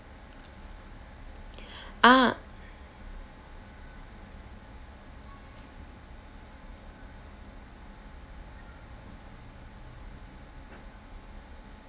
ah